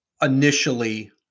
initially